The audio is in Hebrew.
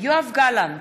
יואב גלנט,